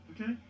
Okay